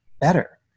better